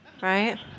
Right